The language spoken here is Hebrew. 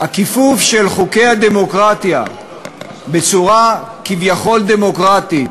הכיפוף של חוקי הדמוקרטיה בצורה כביכול דמוקרטית